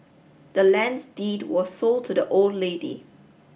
the land's deed was sold to the old lady